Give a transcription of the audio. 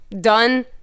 done